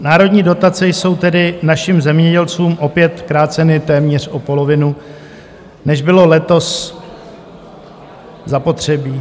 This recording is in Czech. Národní dotace jsou tedy našim zemědělcům opět kráceny téměř o polovinu, než bylo letos zapotřebí.